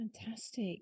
Fantastic